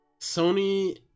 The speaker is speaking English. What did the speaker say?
Sony